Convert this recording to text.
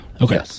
okay